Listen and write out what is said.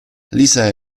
lisa